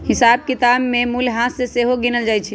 हिसाब किताब में मूल्यह्रास के सेहो गिनल जाइ छइ